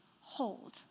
hold